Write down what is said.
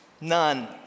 none